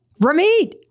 Ramit